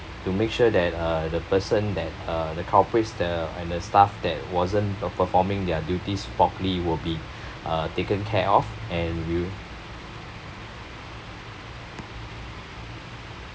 to make sure that uh the person that uh the culprits the and the staff that wasn't performing their duties properly will be uh taken care of and we'll